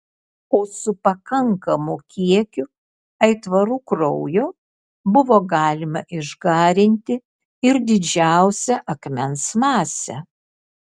o su pakankamu kiekiu aitvarų kraujo buvo galima išgarinti ir didžiausią akmens masę